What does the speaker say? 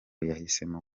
yahisemo